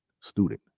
student